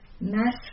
Mass